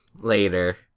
later